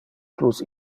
plus